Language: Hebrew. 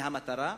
המטרה: